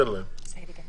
שלי הייתי